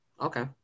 Okay